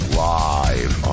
live